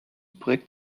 projekt